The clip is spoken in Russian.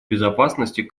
безопасности